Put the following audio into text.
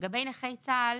לגבי נכי צה"ל,